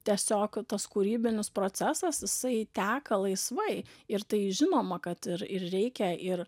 tiesiog tas kūrybinis procesas jisai teka laisvai ir tai žinoma kad ir ir reikia ir